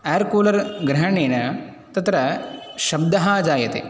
air cooler ग्रहणेन तत्र शब्दः जायते